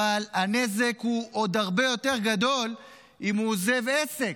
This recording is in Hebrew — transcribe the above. אבל הנזק הוא עוד הרבה יותר גדול אם הוא עוזב עסק.